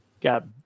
Got